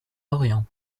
orient